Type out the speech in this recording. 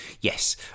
yes